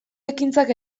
ekintzak